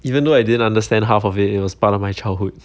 even though I didn't understand half of it it was part of my childhood